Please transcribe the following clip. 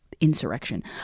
insurrection